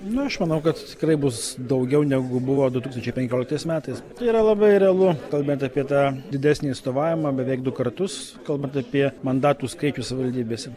nu aš manau kad tikrai bus daugiau negu buvo du tūkstančiai penkioliktais metais tai yra labai realu kalbėti apie tą didesnį atstovavimą beveik du kartus kalbant apie mandatų skaičių savivaldybėse